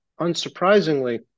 unsurprisingly